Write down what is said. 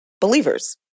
believers